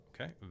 okay